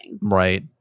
right